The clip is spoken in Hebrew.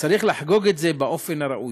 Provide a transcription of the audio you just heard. צריך לחגוג את זה באופן הראוי.